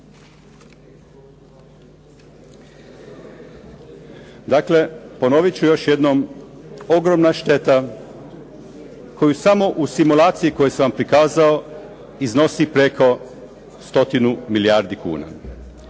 Dakle ponovit ću još jednom, ogromna šteta koju samo u simulaciji koju sam vam prikazao iznosi preko stotinu milijardi kuna.